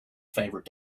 favorite